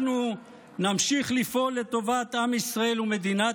אנחנו נמשיך לפעול לטובת עם ישראל ומדינת